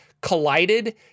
collided